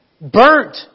burnt